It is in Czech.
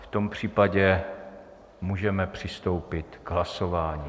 V tom případě můžeme přistoupit k hlasování.